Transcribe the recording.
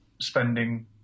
spending